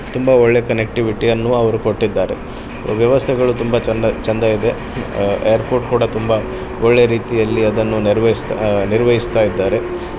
ತುಂಬ ಒಳ್ಳೆ ಕನೆಕ್ಟಿವಿಟಿಯನ್ನು ಅವರು ಕೊಟ್ಟಿದ್ದಾರೆ ವ್ಯವಸ್ಥೆಗಳು ತುಂಬ ಚೆಂದ ಚೆಂದ ಇದೆ ಏರ್ಪೋರ್ಟ್ ಕೂಡ ತುಂಬ ಒಳ್ಳೆ ರೀತಿಯಲ್ಲಿ ಅದನ್ನು ನೆರವೇಸ್ತಾ ನಿರ್ವಹಿಸ್ತಾಯಿದ್ದಾರೆ